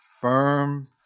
Firm